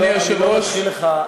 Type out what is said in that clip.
אדוני היושב-ראש אני לא מתחיל לך את